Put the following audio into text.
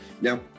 Now